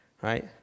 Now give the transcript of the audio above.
Right